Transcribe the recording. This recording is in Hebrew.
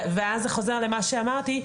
ואז זה חוזר למה שאמרתי,